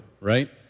right